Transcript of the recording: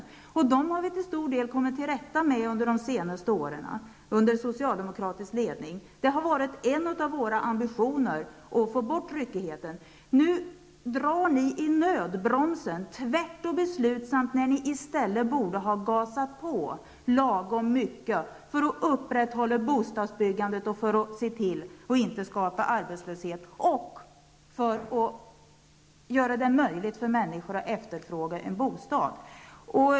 Dem har vi under socialdemokratisk ledning till stor del kommit till rätta med under de senaste åren. Det har varit en av våra ambitioner att få bort ryckigheten. Nu drar ni tvärt och beslutsamt i nödbromsen när ni i stället borde ha gasat på lagom mycket för att upprätthålla bostadsbyggandet, se till att inte skapa arbetslöshet och göra det möjligt för människor att efterfråga en bostad.